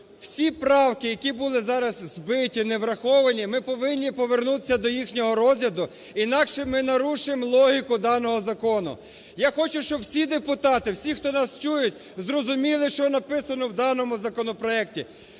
всі правки, які були зараз збиті, не враховані, ми повинні повернутися до їхнього розгляду. Інакше ми нарушимо логіку даного закону. Я хочу, щоб всі депутати, всі, хто нас чують, зрозуміли, що написано в даному законопроекті.